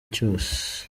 cyose